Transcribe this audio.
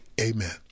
amen